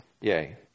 Yay